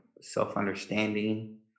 self-understanding